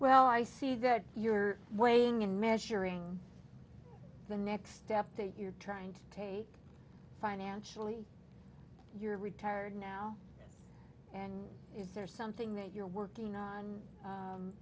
well i see that you're weighing and measuring the next step that you're trying to take financially you're retired now and is there something that you're working on